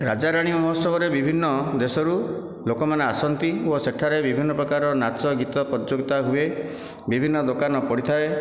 ରାଜା ରାଣୀ ମହୋତ୍ସବରେ ବିଭିନ୍ନ ଦେଶରୁ ଲୋକମାନେ ଆସନ୍ତି ଏବଂ ସେଠାରେ ବିଭିନ୍ନ ନାଚ ଗୀତ ପ୍ରତିଯୋଗିତା ହୁଏ ବିଭିନ୍ନ ଦୋକାନ ପଡ଼ିଥାଏ